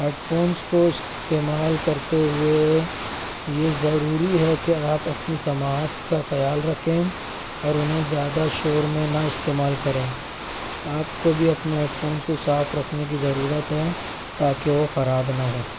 head phones کو استعمال کرتے ہوئے یہ ضروری ہے کہ آپ اپنی سماعت کا خیال رکھیں اور انہیں زیادہ شور میں نہ استعمال کریں آپ کو بھی اپنے ہیڈ فونس کو صاف رکھنے کی ضرورت ہے تاکہ وہ خراب نہ ہوں